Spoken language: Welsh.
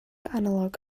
analog